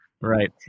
Right